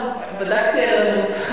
לא, בדקתי ערנות.